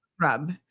rub